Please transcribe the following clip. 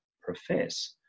profess